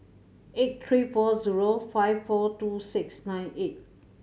eight three four zero five four two six nine eight